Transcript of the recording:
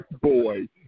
boy